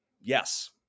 yes